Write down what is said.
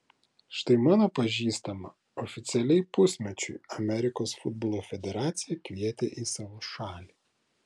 štai mano pažįstamą oficialiai pusmečiui amerikos futbolo federacija kvietė į savo šalį